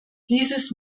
dieses